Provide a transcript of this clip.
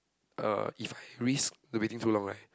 uh if I risk the waiting too long right